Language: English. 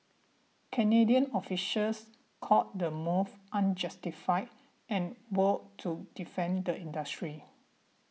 Canadian officials called the move unjustified and vowed to defend the industry